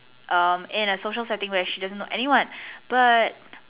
um in a social setting where she doesn't know anyone but